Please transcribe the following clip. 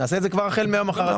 למה?